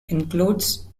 includes